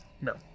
No